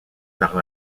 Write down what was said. par